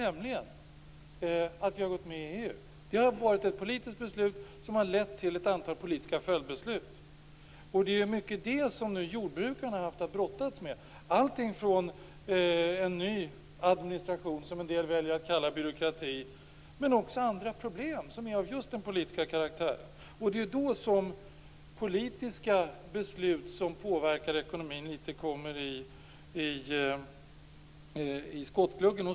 Vi har nämligen gått med i EU. Det har varit ett politiskt beslut som har lett till ett antal politiska följdbeslut. Det är till stor del detta som jordbrukarna har haft att brottas med. Det gäller allt från en ny administration, som en del väljer att kalla byråkrati, till andra problem som är just av politisk karaktär. Det är då som politiska beslut som påverkar ekonomin inte kommer i skottgluggen.